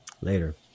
Later